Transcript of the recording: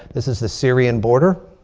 this is the syrian border,